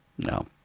No